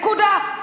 נקודה.